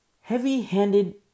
heavy-handed